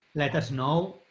let us know.